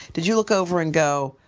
did you look over and go,